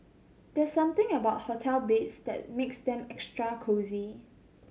there's something about hotel beds that makes them extra cosy